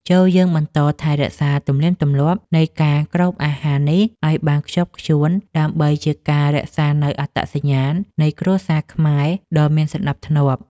ចូរយើងបន្តថែរក្សាទំនៀមទម្លាប់នៃការគ្របអាហារនេះឱ្យបានខ្ជាប់ខ្ជួនដើម្បីជាការរក្សានូវអត្តសញ្ញាណនៃគ្រួសារខ្មែរដ៏មានសណ្តាប់ធ្នាប់។